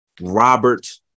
Robert